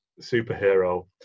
superhero